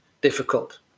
difficult